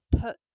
put